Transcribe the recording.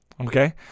Okay